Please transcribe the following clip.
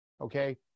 okay